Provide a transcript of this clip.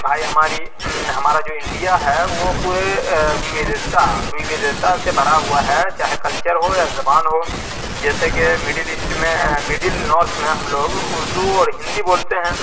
بھائی ہماری ہمارا جو انڈیا ہے وہ پورے وودھتا وودھتا سے بھرا ہوا ہے چاہے کلچر ہو یا زبان ہو جیسا کہ مڈل ایسٹ میں مڈل نارتھ میں ہم لوگ اردو اور ہندی بولتے ہیں